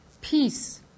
Peace